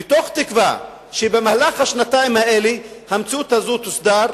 מתוך תקווה שבמהלך השנתיים האלה המציאות הזאת תוסדר.